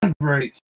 great